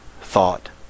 thought